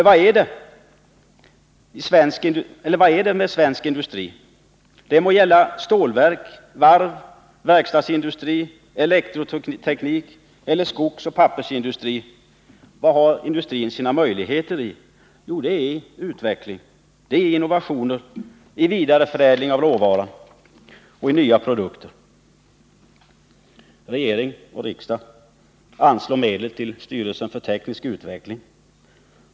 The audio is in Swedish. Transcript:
Vad är det med svensk industri — det må gälla stålverk, varv, verkstadsindustri, elektroteknik eller skogsoch pappersindustri? Vad har industrin sina möjligheter i? Jo, det är i utveckling, i innovationer, i vidareförädling av råvara och i nya produkter. Regering och riksdag anslår medel till styrelsen för teknisk utveckling.